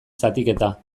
zatiketa